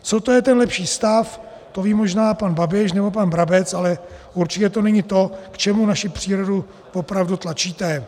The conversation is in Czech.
Co to je ten lepší stav, to ví možná pan Babiš nebo pan Brabec, ale určitě to není to, k čemu naši přírodu opravdu tlačíte.